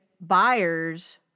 buyers